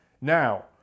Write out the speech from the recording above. Now